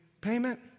payment